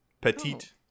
Petite